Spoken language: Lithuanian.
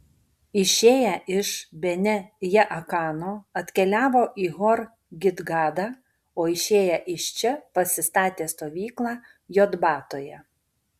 išėję iš bene jaakano atkeliavo į hor gidgadą o išėję iš čia pasistatė stovyklą jotbatoje